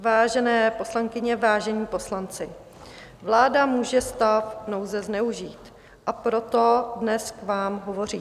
Vážené poslankyně, vážení poslanci, vláda může stav nouze zneužívat, a proto dnes k vám hovořím.